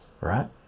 right